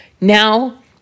Now